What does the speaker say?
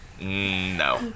No